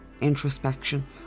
introspection